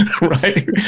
right